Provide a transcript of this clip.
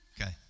Okay